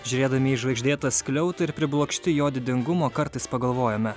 žiūrėdami į žvaigždėtą skliautą ir priblokšti jo didingumo kartais pagalvojame